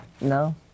No